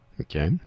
Okay